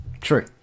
True